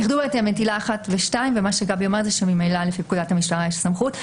איחדו את 1 ו-2 וגבי אומרת שממילא לפי פקודת המשטרה יש סמכות.